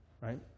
right